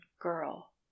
girl